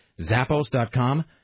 Zappos.com